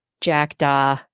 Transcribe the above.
jackdaw